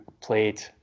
played